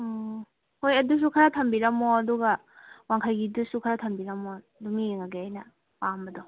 ꯑꯣ ꯍꯣꯏ ꯑꯗꯨꯁꯨ ꯈꯔ ꯊꯝꯕꯤꯔꯝꯃꯣ ꯑꯗꯨꯒ ꯋꯥꯡꯈꯩꯒꯤꯗꯨꯁꯨ ꯈꯔ ꯊꯝꯕꯤꯔꯝꯃꯣ ꯑꯗꯨꯝ ꯌꯦꯡꯉꯒꯦ ꯑꯩꯅ ꯑꯄꯥꯝꯕꯗꯣ